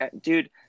Dude